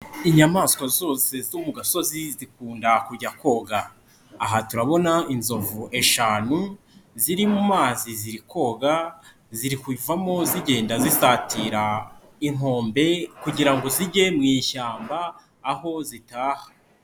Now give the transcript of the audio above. Inyamaswa zose zo mu gasozi zikunda kujya koga, aha turabona inzovu eshanu, ziri mu mazi ziri koga, ziri kuvamo zigenda zisatira inkombe, kugira ngo zijye mu ishyamba aho zitaha.